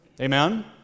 Amen